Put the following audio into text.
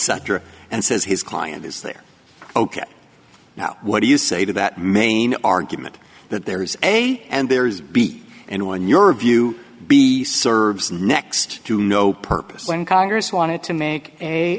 sutter and says his client is there ok now what do you say to that main argument that there is a and there is be in one your view be serves next to no purpose when congress wanted to make a